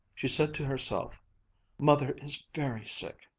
she said to herself mother is very sick.